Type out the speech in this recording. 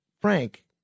Frank